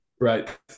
Right